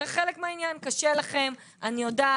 זה חלק מהעניין קשה לכם, אני יודעת.